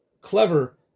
clever